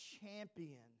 champion